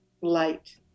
light